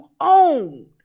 own